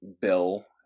Bill